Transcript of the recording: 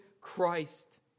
Christ